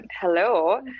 hello